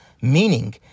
meaning